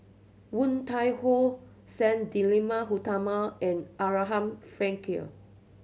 Woon Tai Ho Sang Utama and Abraham Frankel